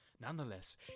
Nonetheless